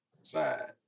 side